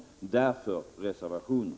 Därför har vi avgivit reservationen.